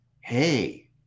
hey